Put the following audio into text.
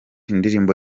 indirimbo